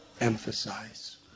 emphasize